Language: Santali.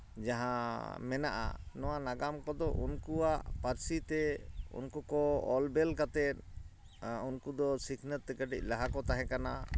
ᱡᱟᱦᱟᱸ ᱢᱮᱱᱟᱜᱼᱟ ᱱᱚᱣᱟ ᱱᱟᱜᱟᱢ ᱠᱚᱫᱚ ᱩᱱᱠᱩᱣᱟᱜ ᱯᱟᱹᱨᱥᱤ ᱛᱮ ᱩᱱᱠᱩ ᱠᱚ ᱚᱞ ᱵᱤᱞ ᱠᱟᱛᱮᱫ ᱩᱱᱠᱩ ᱫᱚ ᱥᱤᱠᱷᱱᱟᱹᱛ ᱛᱮ ᱠᱟᱹᱴᱤᱡ ᱞᱟᱦ ᱠᱚ ᱛᱟᱦᱮᱸ ᱠᱟᱱᱟ